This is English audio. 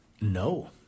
No